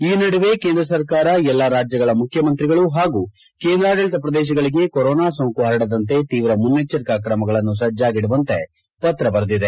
ಈ ನಡುವೆ ಕೇಂದ್ರ ಸರ್ಕಾರ ಎಲ್ಲ ರಾಜ್ಯಗಳ ಮುಖ್ಯಮಂತ್ರಿಗಳು ಹಾಗೂ ಕೇಂದ್ರಾಡಳಿತ ಪ್ರದೇಶಗಳಿಗೆ ಕೊರೋನಾ ಸೋಂಕು ಪರಡದಂತೆ ತೀವ್ರ ಮುನ್ನೆಚ್ಚರಿಕ್ರ ಕ್ರಮಗಳನ್ನು ಸಜ್ಞಾಗಿಡುವಂತೆ ಪತ್ರ ಬರೆದಿದೆ